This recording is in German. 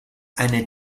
eine